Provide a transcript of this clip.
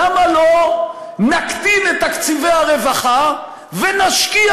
למה לא נקטין את תקציבי הרווחה ונשקיע